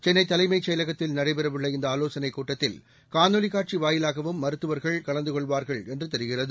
சென்னை தலைமைச் செயலகத்தில் நடைபெறவுள்ள இந்த ஆலோசனைக் கூட்டத்தில் காணொலி காட்சி வாயிலாகவும் மருத்துவர்கள் கலந்து கொள்வார்கள் என்று தெரிகிறது